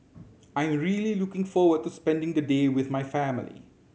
I'm really looking forward to spending the day with my family